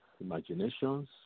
imaginations